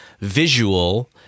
visual